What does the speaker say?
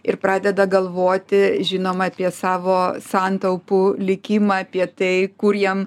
ir pradeda galvoti žinoma apie savo santaupų likimą apie tai kur jiem